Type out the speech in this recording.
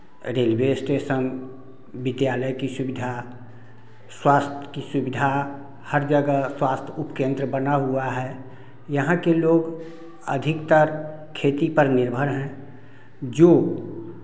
railway station विद्यालय की सुविधा स्वास्थ्य की सुविधा हर जगह स्वास्थ्य उपकेंद्र बना हुआ है यहाँ के लोग अधिकतर खेती पर निर्भर हैं जो